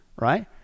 right